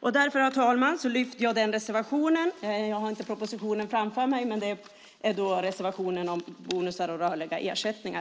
Därför, herr talman, lyfter jag fram den reservation som handlar om bonusar och rörliga ersättningar.